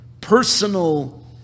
personal